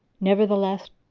nevertheless,